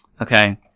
Okay